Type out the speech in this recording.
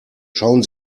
schauen